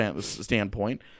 standpoint